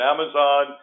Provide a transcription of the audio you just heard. Amazon